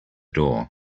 door